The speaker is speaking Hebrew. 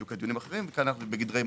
לגבי המרשמים זה יותר מגודר.